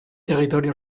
territorio